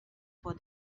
for